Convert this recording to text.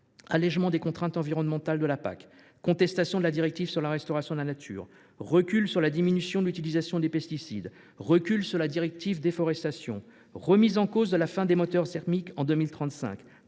allégement des contraintes environnementales de la politique agricole commune (PAC), contestation de la directive sur la restauration de la nature, recul sur la diminution de l’utilisation des pesticides et sur la directive relative à la déforestation, remise en cause de la fin des moteurs thermiques en 2035,